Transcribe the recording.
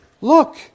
Look